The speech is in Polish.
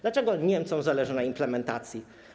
Dlaczego Niemcom zależy na implementacji?